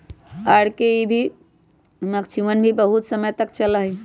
R K की मक्षिणवन भी बहुत समय तक चल जाहई